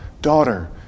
Daughter